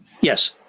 Yes